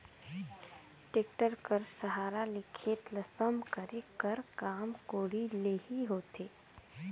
tractor कर सहारा ले खेत ल सम करे कर काम कोड़ी ले ही होथे